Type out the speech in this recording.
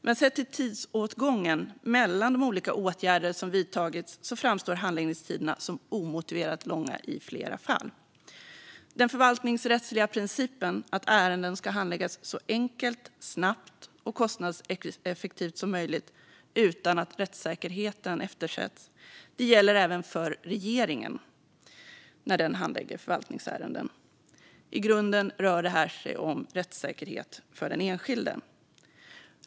Men sett till tidsåtgången mellan de olika åtgärder som vidtagits framstår handläggningstiderna som omotiverat långa i flera fall. Den förvaltningsrättsliga principen att ärenden ska handläggas så enkelt, snabbt och kostnadseffektivt som möjligt utan att rättssäkerheten eftersätts gäller även för regeringen när den handlägger förvaltningsärenden. I grunden rör det sig om rättssäkerheten för den enskilde.